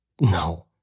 No